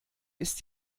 ist